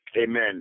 Amen